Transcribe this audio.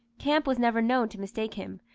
camp was never known to mistake him,